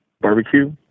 barbecue